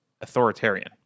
authoritarian